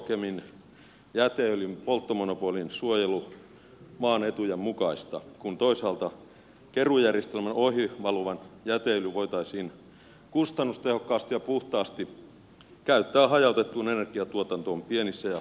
onko ekokemin jäteöljyn polttomonopolin suojelu maan etujen mukaista kun toisaalta keruujärjestelmän ohi valuva jäteöljy voitaisiin kustannustehokkaasti ja puhtaasti käyttää hajautettuun energiantuotantoon pienissä ja keskisuurissa yrityksissä